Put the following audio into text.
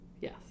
Yes